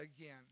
again